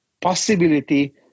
possibility